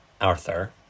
Arthur